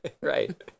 Right